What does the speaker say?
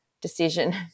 decision